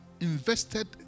invested